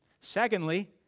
Secondly